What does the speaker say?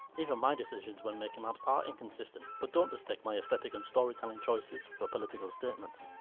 even my decisions when making maps are inconsistent, but don't mistake my aesthetic and storytelling choices for political statements.